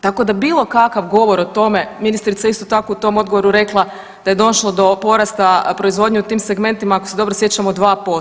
Tako da bilo kakav govor o tome, ministrica je isto tako u tom odgovoru rekla da je došlo do porasta proizvodnje u tim segmentima ako se dobro sjećam 2%